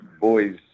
boy's